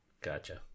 Gotcha